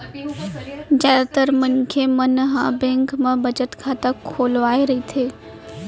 जादातर मनखे मन ह बेंक म बचत खाता खोलवाए रहिथे